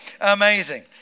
Amazing